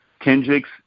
Kendrick's